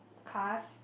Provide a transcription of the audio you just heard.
cars